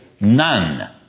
None